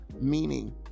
meaning